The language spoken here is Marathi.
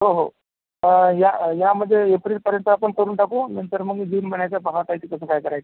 हो हो या यामधे एप्रिलपर्यंत आपण करून टाकू नंतर मग जून महिन्याचं पाहता येई तर कसं काय करायचं आहे